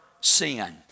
sin